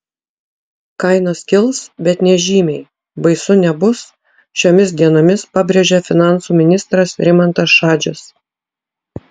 kainos kils bet nežymiai baisu nebus šiomis dienomis pabrėžė finansų ministras rimantas šadžius